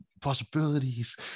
possibilities